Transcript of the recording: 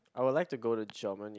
I would like to go to Germany